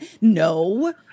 No